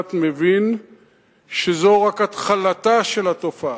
בר-דעת מבין שזו רק התחלתה של התופעה,